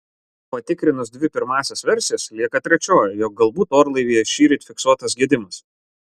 patikrinus dvi pirmąsias versijas lieka trečioji jog galbūt orlaivyje šįryt fiksuotas gedimas